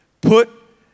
Put